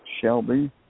Shelby